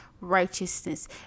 righteousness